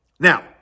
Now